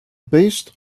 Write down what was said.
based